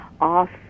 off